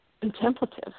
contemplative